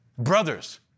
Brothers